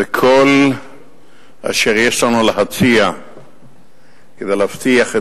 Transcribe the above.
וכל אשר יש לנו להציע כדי להבטיח את